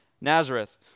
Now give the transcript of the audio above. Nazareth